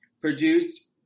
produced